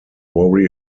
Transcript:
worry